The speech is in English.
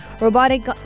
robotic